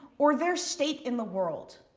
or their state in the world,